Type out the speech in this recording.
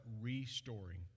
restoring